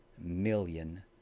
million